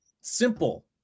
simple